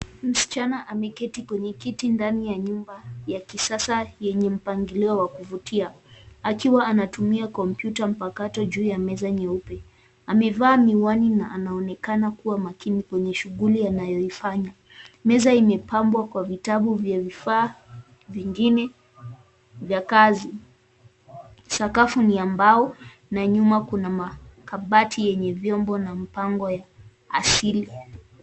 Msichana ameketi kwenye kiti ndani ya nyumba ya kisasa yenye mpangilio wa kuvutia, akiwa anatumia computer mpakato juu ya meza nyeupe, amevaa miwani na anaonekana kuwa makini kwenye shughuli anayoifanya, meza imepambwa kwa vitabu vya vifaa vingine vya kazi, sakafu ni ya mbao na nyuma kuna makabati yenye vyombo na mpango ya asili.